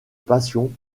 passion